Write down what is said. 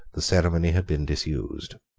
the ceremony had been disused.